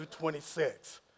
26